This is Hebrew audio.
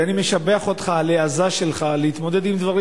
ואני משבח אותך על ההעזה שלך להתמודד עם דברים